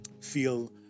feel